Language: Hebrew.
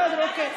בסדר, אוקיי.